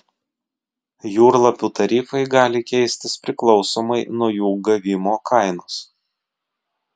jūrlapių tarifai gali keistis priklausomai nuo jų gavimo kainos